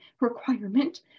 requirement